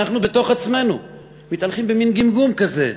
אנחנו בתוך עצמנו מתהלכים במין גמגום כזה,